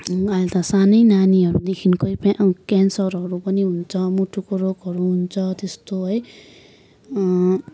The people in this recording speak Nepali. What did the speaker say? अहिले त सानै नानीहरूदेखिकै क्यान्सरहरू पनि हुन्छ मुटुको रोगहरू हुन्छ त्यस्तो है